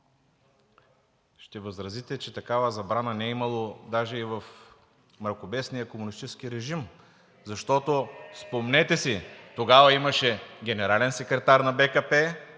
ще възразите, че такава забрана не е имало даже и в мракобесния комунистически режим. Защото спомнете си, тогава имаше генерален секретар на БКП